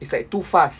it's like too fast